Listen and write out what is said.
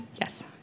Yes